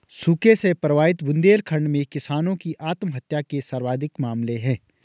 सूखे से प्रभावित बुंदेलखंड में किसानों की आत्महत्या के सर्वाधिक मामले है